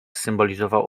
symbolizował